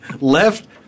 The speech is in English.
left